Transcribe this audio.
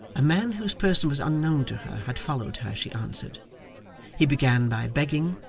a man whose person was unknown to her had followed her, she answered he began by begging,